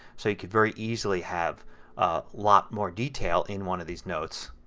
so you can very easily have a lot more detail in one of these notes